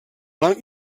blanc